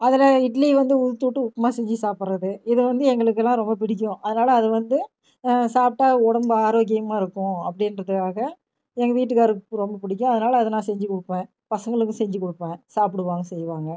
அதில் இட்லி வந்து உதுத்துட்டு உப்புமா செஞ்சி சாப்புடுறது இது வந்து எங்களுக்குலாம் ரொம்ப பிடிக்கும் அதனால அதை வந்து சாப்பிட்டா உடம்பு ஆரோக்கியமாக இருக்கும் அப்படின்றதுக்காக எங்க வீட்டுக்கார்க்கு ரொம்ப பிடிக்கும் அதனால அதை நான் செஞ்சு கொடுப்பேன் பசங்களுக்கு செஞ்சு கொடுப்பேன் சாப்பிடுவாங்க செய்வாங்க